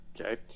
okay